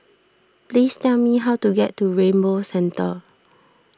please tell me how to get to Rainbow Centre